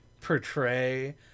portray